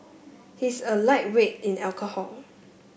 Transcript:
he's a lightweight in alcohol